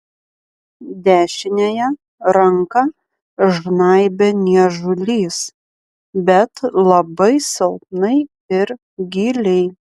dešiniąją ranką žnaibė niežulys bet labai silpnai ir giliai